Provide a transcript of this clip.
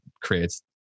creates